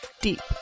deep